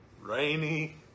rainy